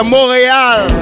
Montreal